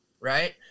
right